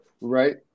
Right